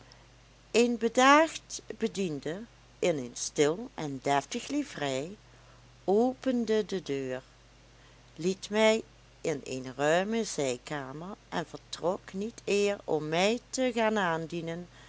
een bedaagd bediende in een stil en deftig livrei opende de deur liet mij in eene ruime zijkamer en vertrok niet eer om mij te gaan aandienen